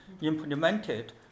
implemented